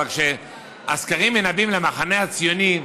אבל כשהסקרים מנבאים למחנה הציוני,